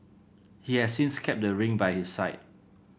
he has since kept the ring by his side